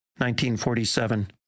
1947